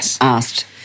asked